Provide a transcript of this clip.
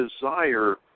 desire